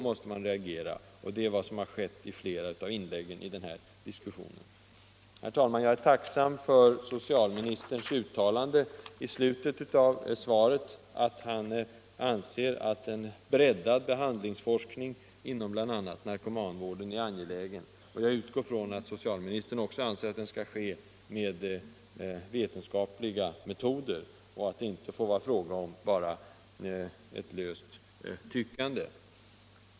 Det är vad som har skett i flera av inläggen i denna diskussion. Herr talman! Jag är tacksam för socialministerns uttalande i slutet av svaret, att han anser att en breddad behandlingsforskning inom bl.a. narkomanvården är angelägen. Jag utgår från att socialministern också anser att den skall ske med vetenskapliga metoder, och att det inte bara får bli fråga om ett löst tyckande.